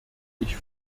ich